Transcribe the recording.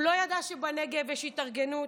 הוא לא ידע שבנגב יש התארגנות